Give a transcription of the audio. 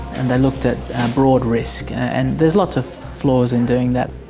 and they looked at broad risk and there's lots of flaws in doing that.